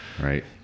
Right